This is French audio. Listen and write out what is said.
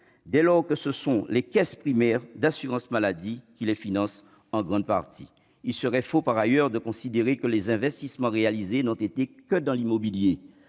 dès lors que ce sont les caisses primaires d'assurance maladie qui les financent en grande partie. Il serait faux par ailleurs de considérer que les investissements réalisés ne l'ont été que dans l'immobilier.